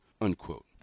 unquote